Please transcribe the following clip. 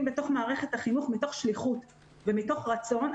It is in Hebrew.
בתוך מערכת החינוך מתוך שליחות ומתוך הרצון.